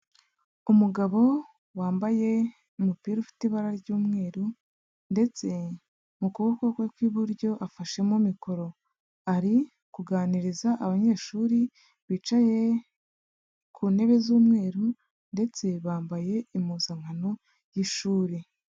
Umugabo wambaye umupira ufite ibara ry'umweru ndetse mu kuboko kwe kw'iburyo afashemo mikoro, ari kuganiriza abanyeshuri bicaye ku ntebe z'umweru ndetse bambaye impuzankano y'ishuri.